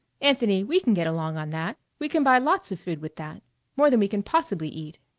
anthony, we can get along on that. we can buy lots of food with that more than we can possibly eat.